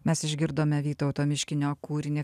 mes išgirdome vytauto miškinio kūrinį